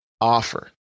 offer